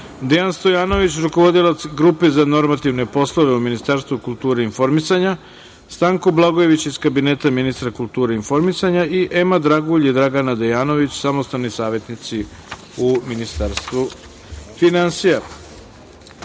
Dejan Stojanović, rukovodilac Grupe za normativne poslove u Ministarstvu kulture i informisanja, Stanko Blagojević iz Kabinete ministra kulture i informisanja i Ema Dragulj i Dragana Dejanović, samostalni savetnici u Ministarstvu finansija. Želim